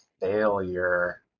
failure